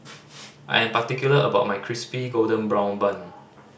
I am particular about my Crispy Golden Brown Bun